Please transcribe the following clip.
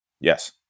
yes